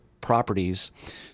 properties